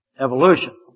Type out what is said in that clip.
Evolution